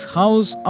house